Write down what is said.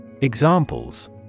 Examples